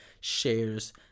shares